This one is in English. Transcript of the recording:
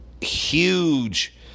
huge